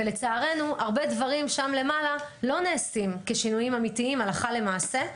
ולצערנו הרבה דברים שם למעלה לא נעשים כשינויים אמיתיים הלכה למעשה.